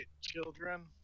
children